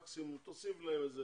מקסימום תוסיף להם לזה